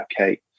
okay